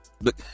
look